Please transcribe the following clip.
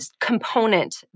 component